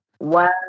Wow